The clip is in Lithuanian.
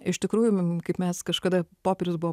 iš tikrųjų kaip mes kažkada popierius buvo